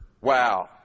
Wow